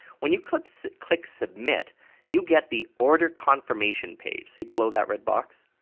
when you click so click submit you get the order confirmation page, see below that red box.